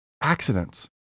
accidents